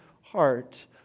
heart